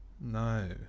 No